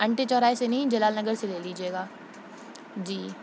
انٹے چوراہے سے نہیں جلال نگر سے لے لیجئے گا جی